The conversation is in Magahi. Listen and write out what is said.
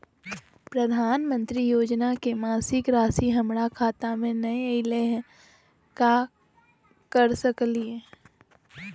प्रधानमंत्री योजना के मासिक रासि हमरा खाता में नई आइलई हई, का कर सकली हई?